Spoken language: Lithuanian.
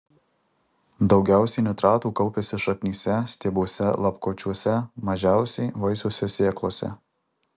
daugiausiai nitratų kaupiasi šaknyse stiebuose lapkočiuose mažiausiai vaisiuose sėklose